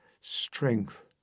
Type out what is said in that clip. strength